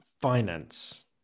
finance